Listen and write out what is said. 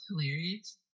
hilarious